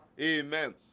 Amen